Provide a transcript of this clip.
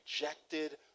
rejected